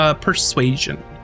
Persuasion